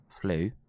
flu